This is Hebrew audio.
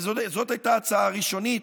וזאת הייתה ההצעה הראשונית,